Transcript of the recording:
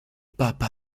pape